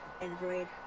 Android